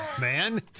man